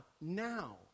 now